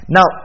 Now